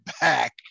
back